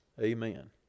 Amen